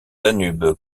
danube